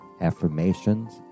affirmations